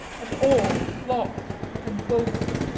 and all locked and bolted.